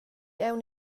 aunc